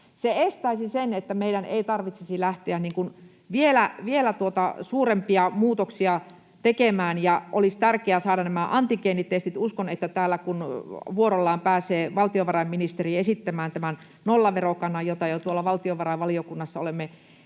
Se estäisi sen, että meidän tarvitsisi lähteä vielä suurempia muutoksia tekemään. Ja olisi tärkeää saada nämä antigeenitestit. Uskon, että täällä kun vuorollaan pääsee valtiovarainministeri esittelemään tämän nollaverokannan, jota jo tuolla valtiovarainvaliokunnassa olemme